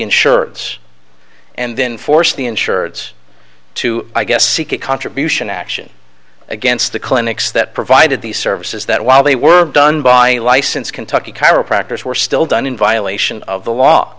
insurance and then force the insureds to i guess seeking contribution action against the clinics that provided these services that while they were done by a licensed kentucky chiropractors were still done in violation of the law